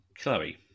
Chloe